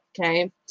okay